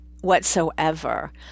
whatsoever